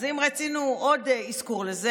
אז אם רצינו עוד אזכור לזה,